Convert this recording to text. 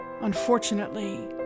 unfortunately